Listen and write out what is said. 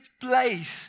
place